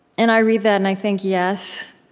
and i read that, and i think, yes,